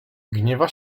gniewa